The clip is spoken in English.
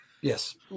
Yes